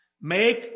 Make